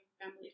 family